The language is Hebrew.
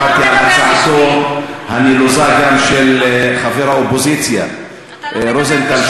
וקראתי על הצעתו הנלוזה גם של חבר האופוזיציה רוזנטל,